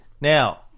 Now